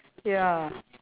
ya